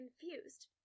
confused